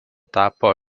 tapo